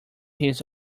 his